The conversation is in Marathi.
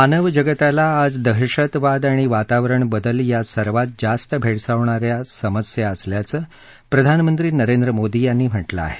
मानवजगताला आज दहशतवाद आणि वातावरण बदल या सर्वात जास्त भेडसावणा या समस्या असल्याचं प्रधानमंत्री नरेंद्र मोदी यांनी म्हटलं आहे